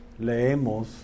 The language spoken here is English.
leemos